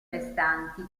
restanti